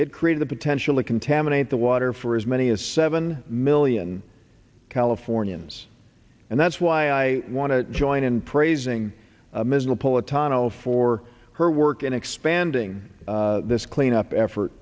it created a potential to contaminate the water for as many as seven million californians and that's why i want to join in praising ms will pull a tunnel for her work in expanding this cleanup effort